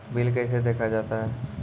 Bill कैसे देखा जाता हैं?